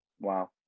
Wow